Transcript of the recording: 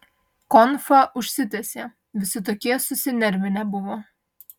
konfa užsitęsė visi tokie susinervinę buvo